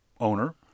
owner